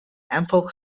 ample